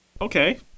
Okay